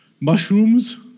mushrooms